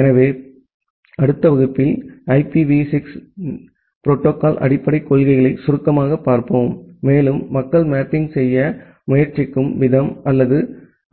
எனவே அடுத்த வகுப்பில் ஐபிவி 6 புரோட்டோகால்யின் அடிப்படைக் கொள்கைகளை சுருக்கமாகப் பார்ப்போம் மேலும் மக்கள் மேப்பிங் செய்ய முயற்சிக்கும் விதம் அல்லது